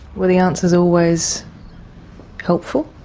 were the answers always helpful?